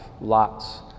lots